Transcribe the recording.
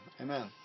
Amen